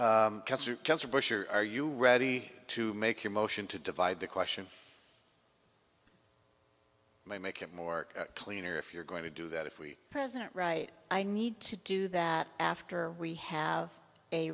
or are you ready to make your motion to divide the question make it more clear if you're going to do that if we present right i need to do that after we have a